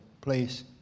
place